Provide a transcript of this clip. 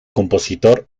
compositor